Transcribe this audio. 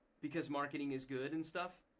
because marketing is good and stuff,